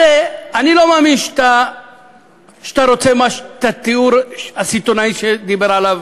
הרי אני לא מאמין שאתה רוצה את הגיור הסיטוני שדיבר עליו